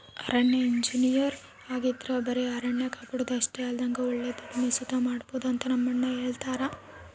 ಅರಣ್ಯ ಇಂಜಿನಯರ್ ಆಗಿದ್ರ ಬರೆ ಅರಣ್ಯ ಕಾಪಾಡೋದು ಅಷ್ಟೆ ಅಲ್ದಂಗ ಒಳ್ಳೆ ದುಡಿಮೆ ಸುತ ಮಾಡ್ಬೋದು ಅಂತ ನಮ್ಮಣ್ಣ ಹೆಳ್ತಿರ್ತರ